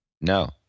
No